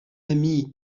ami